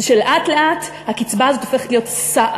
זה שלאט-לאט הקצבה הזאת הופכת להיות סעד,